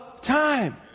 time